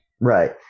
Right